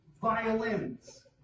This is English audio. violins